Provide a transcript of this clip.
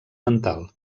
mental